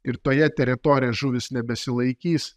ir toje teritorijoje žuvys nebesilaikys